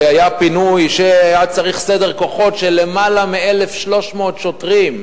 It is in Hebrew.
שהיה פינוי שהיה צריך בשבילו סדר-כוחות של יותר מ-1,300 שוטרים,